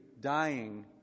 dying